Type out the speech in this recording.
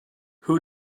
who